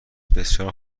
بسیار